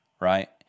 right